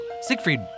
Siegfried